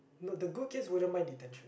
no the good kids wouldn't mind detention